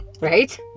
Right